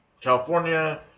California